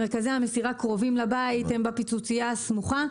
מרכזי המסירה קרובים לבית, הם בפיצוציה הסמוכה.